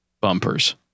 Bumpers